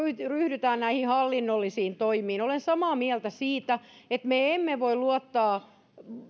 ryhdytään näihin hallinnollisiin toimiin olen samaa mieltä siitä että me emme emme voi luottaa